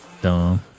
dumb